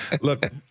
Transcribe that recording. Look